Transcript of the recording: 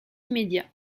immédiat